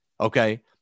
Okay